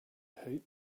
hate